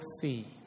see